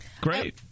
Great